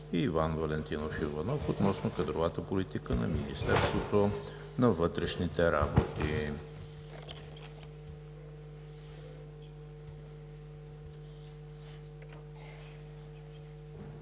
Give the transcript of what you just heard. Иван Валентинов Иванов относно кадровата политика на Министерството на вътрешните работи.